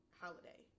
holiday